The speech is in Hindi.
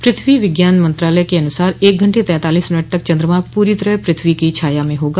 प्रथ्वी विज्ञान मंत्रालय के अनुसार एक घंटे तैंतालीस मिनट तक चन्द्रमा पूरी तरह प्रथ्वी की छाया में होगा